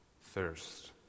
thirst